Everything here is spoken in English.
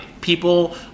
People